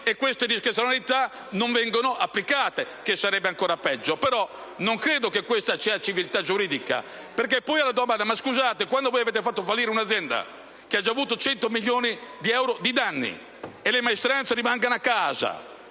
e queste discrezionalità non vengono applicate (il che sarebbe ancora peggio). Però, non credo che questa sia civiltà giuridica. La domanda successiva è la seguente. Quando voi avete fatto fallire un'azienda, che ha già registrato 100 milioni di euro di danni, e le maestranze rimangono a casa,